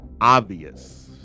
obvious